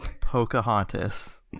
Pocahontas